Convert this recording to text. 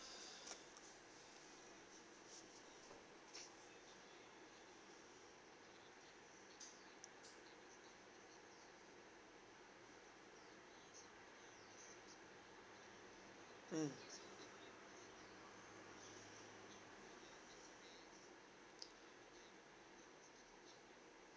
mm